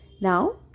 Now